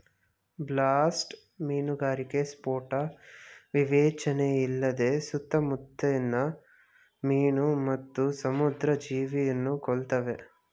blast ಮೀನುಗಾರಿಕೆ ಸ್ಫೋಟ ವಿವೇಚನೆಯಿಲ್ಲದೆ ಸುತ್ತಮುತ್ಲಿನ ಮೀನು ಮತ್ತು ಸಮುದ್ರ ಜೀವಿಯನ್ನು ಕೊಲ್ತವೆ